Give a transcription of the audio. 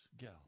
gal